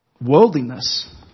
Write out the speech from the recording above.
worldliness